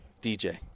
DJ